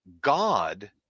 god